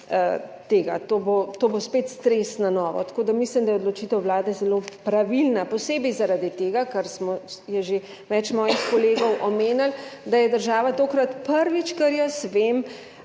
to bo spet stres na novo. Tako, da mislim, da je odločitev Vlade zelo pravilna, posebej zaradi tega, ker smo, je že več mojih kolegov omenili, da je država tokrat prvič, kar jaz vem,